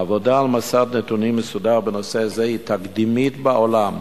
העבודה על מסד נתונים מסודר בנושא זה היא תקדימית בעולם,